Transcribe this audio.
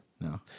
No